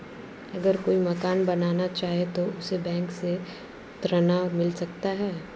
अगर कोई मकान बनाना चाहे तो उसे बैंक से ऋण मिल सकता है?